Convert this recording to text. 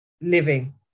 living